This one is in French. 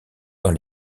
dans